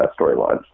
storylines